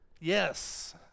Yes